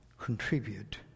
contribute